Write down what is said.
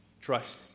trust